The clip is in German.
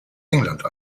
england